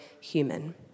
human